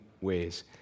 ways